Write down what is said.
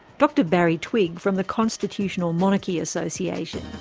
dr barry twigg from the constitutional monarchy association.